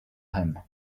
him